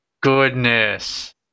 goodness